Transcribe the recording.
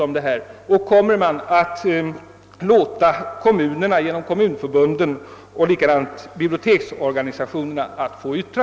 Kommer förslaget att gå på remiss till exempelvis kom munförbunden och biblioteksorganisationerna?